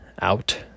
Out